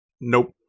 Nope